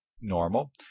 normal